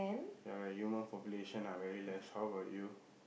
ya where human population are very less how about you